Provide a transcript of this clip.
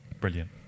Brilliant